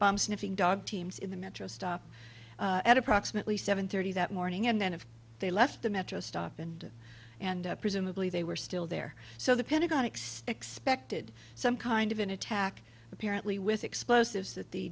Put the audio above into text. bomb sniffing dog teams in the metro stop at approximately seven thirty that morning and then if they left the metro stop and and presumably they were still there so the pentagon expects spec did some kind of an attack apparently with explosives that the